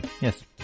yes